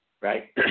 right